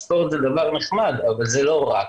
ספורט זה דבר נחמד אבל זה לא רק,